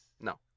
No